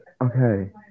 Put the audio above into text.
okay